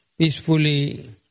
peacefully